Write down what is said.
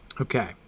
Okay